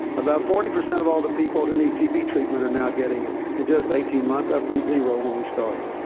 about forty percent of all the people who need tb treatment are now getting it in just eighteen months, up from zero when we started.